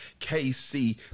KC